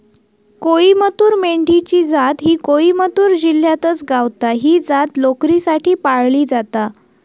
कोईमतूर मेंढी ची जात ही कोईमतूर जिल्ह्यातच गावता, ही जात लोकरीसाठी पाळली जाता